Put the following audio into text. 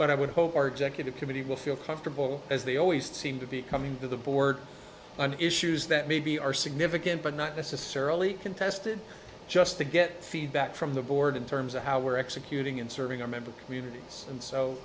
but i would hope our executive committee will feel comfortable as they always seem to be coming to the board on issues that maybe are significant but not necessarily contested just to get feedback from the board in terms of how we're executing in serving our member communities and so